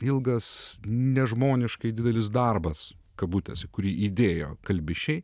ilgas nežmoniškai didelis darbas kabutėse kurį įdėjo kalbišiai